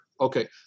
Okay